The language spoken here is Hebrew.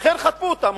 אכן חטפו אותם.